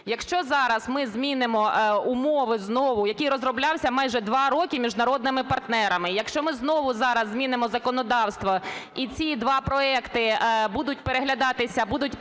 Якщо зараз ми змінимо умови знову, які розроблялися майже 2 роки міжнародними партнерами, якщо ми знову зараз змінимо законодавство і ці два проекти будуть переглядатися… підпадуть